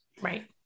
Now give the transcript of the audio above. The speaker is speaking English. Right